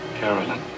Carolyn